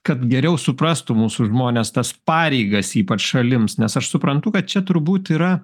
kad geriau suprastų mūsų žmones tas pareigas ypač šalims nes aš suprantu kad čia turbūt yra